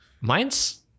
Mine's